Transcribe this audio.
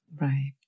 Right